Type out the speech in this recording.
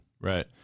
right